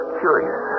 curious